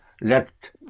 let